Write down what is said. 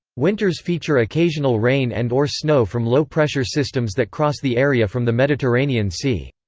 winters feature occasional rain and or snow from low-pressure systems that cross the area from the mediterranean sea.